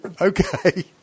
Okay